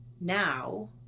now